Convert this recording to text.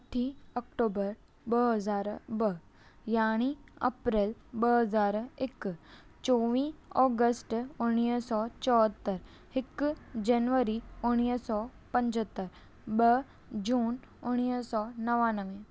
अठ अक्टुबर ॿ हज़ार ॿ यानी अप्रैल ॿ हज़ार हिकु चोवीह अगस्त उणिवीह सौ चोहतरि हिकु जनवरी उणिवीह सौ पंजहतरि ॿ जून उणिवीह सौ नवानवे